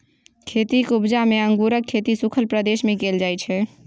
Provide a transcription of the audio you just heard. खेतीक उपजा मे अंगुरक खेती सुखल प्रदेश मे कएल जाइ छै